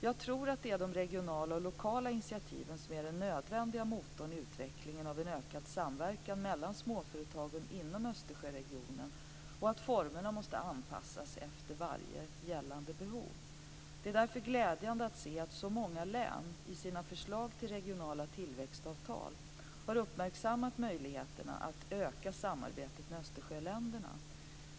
Jag tror att det är de regionala och lokala initiativen som är den nödvändiga motorn i utvecklingen av en ökad samverkan mellan småföretagen inom Östersjöregionen och att formerna måste anpassas efter varje gällande behov. Det är därför glädjande att se att så många län i sina förslag till regionala tillväxtavtal har uppmärksammat möjligheterna att öka samarbetet med Östersjöländerna.